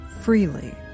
freely